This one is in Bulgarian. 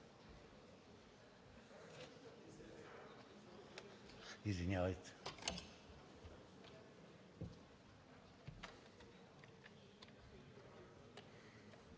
извинявайте!